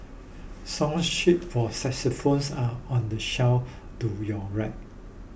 song sheet for are on the shelf to your right